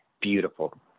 beautiful